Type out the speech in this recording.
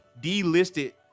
delisted